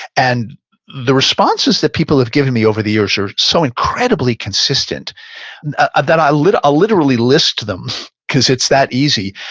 and the responses that people have given me over the years are so incredibly consistent that i ah literally list them because it's that easy.